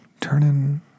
turning